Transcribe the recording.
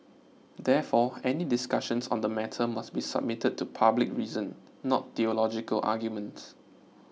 therefore any discussions on the matter must be submitted to public reason not theological arguments